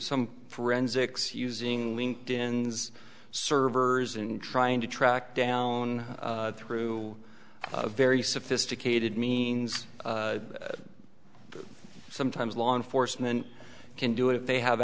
some forensics using linked in's servers and trying to track down through a very sophisticated means sometimes law enforcement can do it if they have